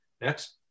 Next